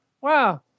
wow